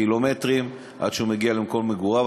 קילומטרים עד שהוא מגיע למקום מגוריו.